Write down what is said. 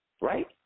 Right